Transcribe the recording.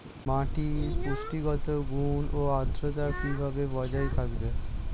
মাটির পুষ্টিগত গুণ ও আদ্রতা কিভাবে বজায় থাকবে?